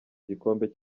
gikombe